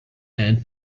and